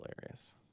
hilarious